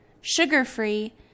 sugar-free